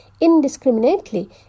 indiscriminately